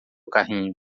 carrinho